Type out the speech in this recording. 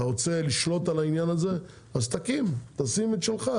אתה רוצה לשלוט על העניין הזה אז תקים תשים את שלך,